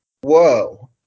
whoa